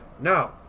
Now